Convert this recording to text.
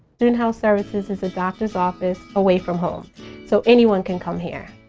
student health services is a doctor's office away from home so anyone can come here.